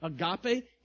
agape